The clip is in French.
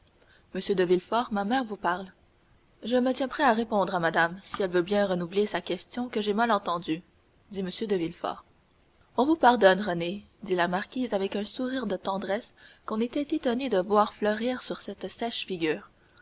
de villefort ma mère vous parle je me tiens prêt à répondre à madame si elle veut bien renouveler sa question que j'ai mal entendue dit m de villefort on vous pardonne renée dit la marquise avec un sourire de tendresse qu'on était étonné de voir fleurir sur cette sèche figure